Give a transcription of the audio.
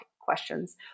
questions